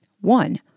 One